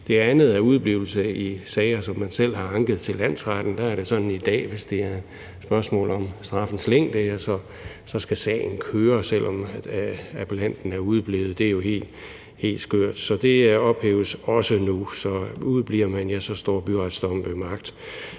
det andet er det udeblivelse i sager, som man selv har anket til landsretten. Der er det sådan i dag, hvis det er et spørgsmål om straffens længde, så skal sagen køre, selv om appellanten er udeblevet, og det er jo helt skørt, så det ophæves også nu. Så udebliver man, står byretsdommen ved magt.